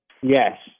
Yes